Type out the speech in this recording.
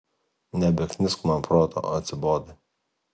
nebeknisk man proto atsibodai